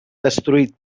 destruït